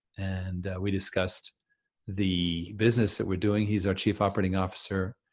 and we discussed the business that we're doing. he's our chief operating officer.